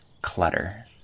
clutter